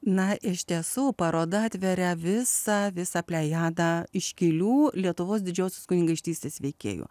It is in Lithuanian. na iš tiesų paroda atveria visą visą plejadą iškilių lietuvos didžiosios kunigaikštystės veikėjų